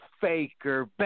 Faker